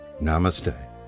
Namaste